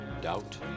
doubt